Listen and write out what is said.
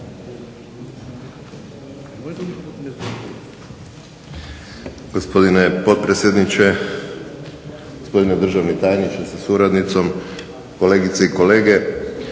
poštovani potpredsjedniče, državni tajniče sa suradnicom, kolegice i kolege.